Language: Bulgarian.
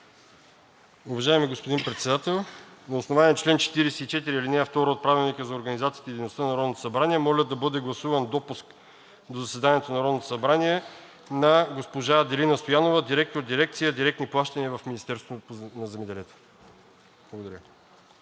Уважаеми господин Председател, на основание чл. 44, ал. 2 от Правилника за организацията и дейността на Народното събрание моля да бъде гласуван допуск до заседанието на Народното събрание на госпожа Аделина Стоянова – директор на дирекция „Директни плащания“ в Министерството на земеделието. Благодаря.